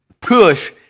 push